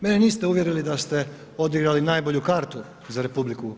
Mene niste uvjerili da ste odigrali najbolju kartu za RH.